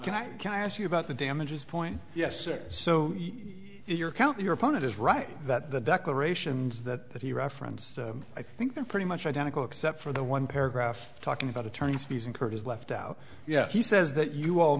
can i can i ask you about the damages point yes so your count your opponent is right that the declarations that he referenced i think they're pretty much identical except for the one paragraph talking about attorney's fees incurred is left out yet he says that you all